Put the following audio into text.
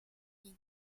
yin